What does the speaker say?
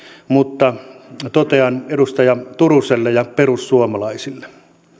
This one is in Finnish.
mutta totean edustaja turuselle ja perussuomalaisille